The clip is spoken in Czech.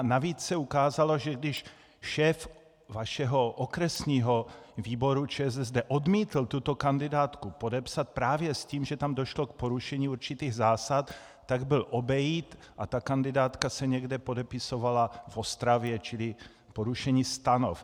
Navíc se ukázalo, že když šéf vašeho okresního výboru ČSSD odmítl tuto kandidátku podepsat právě s tím, že tam došlo k porušení určitých zásad, tak byl obejit a ta kandidátka se někde podepisovala v Ostravě, čili porušení stanov.